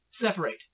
separate